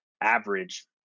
average